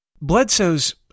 Bledsoe's